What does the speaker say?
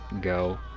go